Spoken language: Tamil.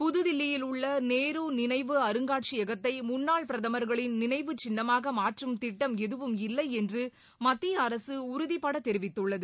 புதுதில்லியில் உள்ள நேரு நினைவு அருங்காட்சியகத்தை முன்னாள் பிரதமர்களின் நினைவு சின்னமாக மாற்றும் திட்டம் எதுவும் இல்லை என்று மத்திய அரசு உறுதிபட தெரிவித்துள்ளது